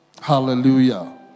hallelujah